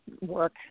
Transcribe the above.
work